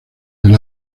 del